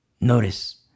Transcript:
Notice